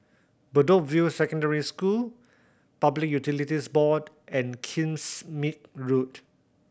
Bedok View Secondary School Public Utilities Board and Kingsmead Road